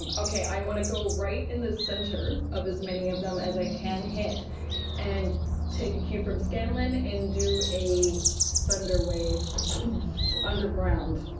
um okay, i want to go right in the center of as many of them as i can hit and take a cue from scanlan and do a thunderwave underground.